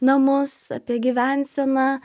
namus apie gyvenseną